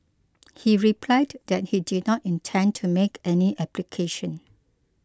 he replied that he did not intend to make any application